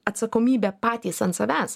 atsakomybę patys ant savęs